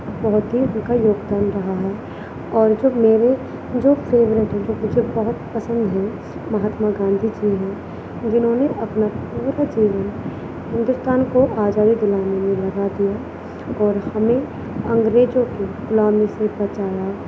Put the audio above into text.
بہت ہی ان کا یوگدان رہا ہے اور جو میرے جو فیوریٹ جو مجھے بہت پسند ہیں مہاتما گاندھی جی ہیں جنہوں نے اپنا پورا جیون ہندوستان کو آزادی دلانے میں لگا دیا اور ہمیں انگریزوں کی غلامی سے بچایا